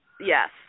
Yes